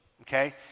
Okay